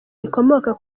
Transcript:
rikomoka